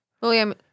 William